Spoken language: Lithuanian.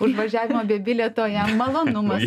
už važiavimą be bilieto jam malonumas